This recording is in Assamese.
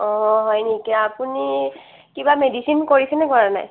অঁ হয় নেকি আপুনি কিবা মেডিচিন কৰিছে নে কৰা নাই